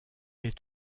est